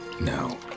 No